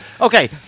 okay